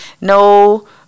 No